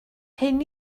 hyn